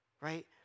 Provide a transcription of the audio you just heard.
right